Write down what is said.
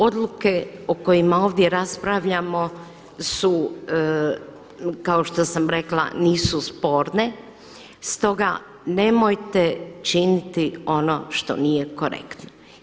Odluke o kojima ovdje raspravljamo su kao što sam rekla nisu sporne, stoga nemojte činiti ono što nije korektno.